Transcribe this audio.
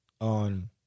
on